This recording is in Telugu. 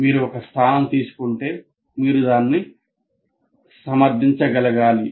మీరు ఒక స్థానం తీసుకుంటే మీరు దానిని సమర్థించగలగాలి